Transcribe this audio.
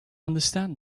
understand